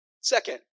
Second